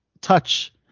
touch